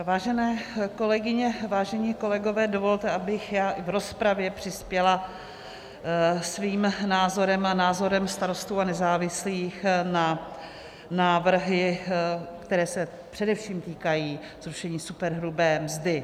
Vážené kolegyně, vážení kolegové, dovolte, abych v rozpravě přispěla svým názorem a názorem Starostů a nezávislých na návrhy, které se především týkají zrušení superhrubé mzdy.